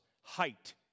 height